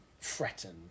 threatened